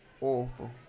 awful